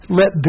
let